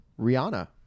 Rihanna